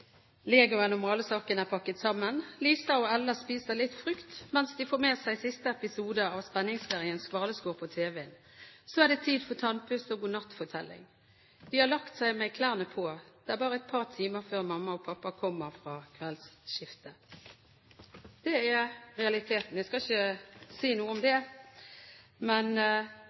og malesakene er pakket sammen. Lisa og Ella spiser litt frukt mens de får med seg siste episode av spenningsserien Svaleskär på TV'n. Så er det tid for tannpuss og godnattfortelling. De har lagt seg med klærne på. Det er bare et par timer før mamma og pappa kommer fra kveldsskiftet.» Det er realiteten. Jeg skal ikke si noe om det. Men